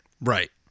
right